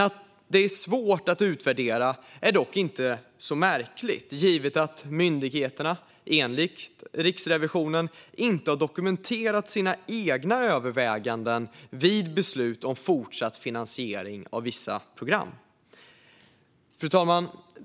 Att det är svårt att utvärdera är dock inte så märkligt givet att myndigheterna, enligt Riksrevisionen, inte har dokumenterat sina egna överväganden vid beslut om fortsatt finansiering av vissa program. Fru talman!